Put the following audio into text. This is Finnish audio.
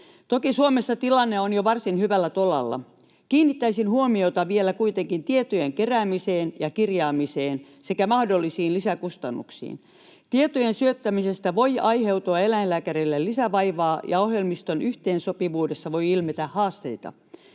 Toki Suomessa tilanne on jo varsin hyvällä tolalla. Kiinnittäisin huomiota vielä kuitenkin tietojen keräämiseen ja kirjaamiseen sekä mahdollisiin lisäkustannuksiin. Tietojen syöttämisestä voi aiheutua eläinlääkärille lisävaivaa, ja ohjelmiston yhteensopivuudessa voi ilmetä haasteita.